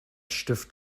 stift